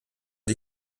die